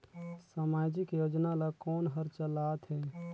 समाजिक योजना ला कोन हर चलाथ हे?